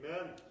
Amen